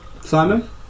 Simon